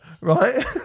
right